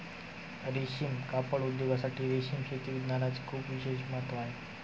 रेशीम कापड उद्योगासाठी रेशीम शेती विज्ञानाचे खूप विशेष महत्त्व आहे